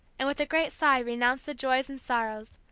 and with a great sigh renounced the joys and sorrows,